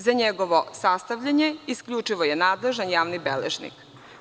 Za njegovo sastavljanje isključivo je nadležan javni beležnik.